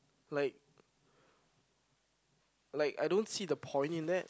like like I don't see the point in that